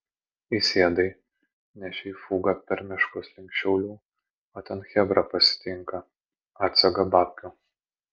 įsėdai nešei fugą per miškus link šiaulių o ten chebra pasitinka atsega babkių